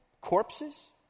corpses